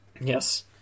Yes